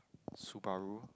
Subaru